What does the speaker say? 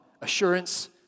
assurance